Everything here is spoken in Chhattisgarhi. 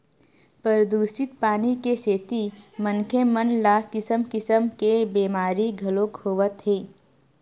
परदूसित पानी के सेती मनखे मन ल किसम किसम के बेमारी घलोक होवत हे